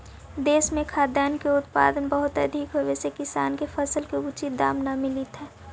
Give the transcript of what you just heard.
देश में खाद्यान्न के उत्पादन बहुत अधिक होवे से किसान के फसल के उचित दाम न मिलित हइ